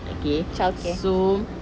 okay so